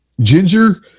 Ginger